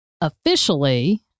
officially